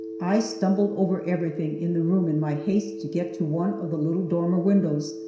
i stumbled over everything in the room in my haste to get to one of the little dormer windows,